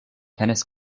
tennis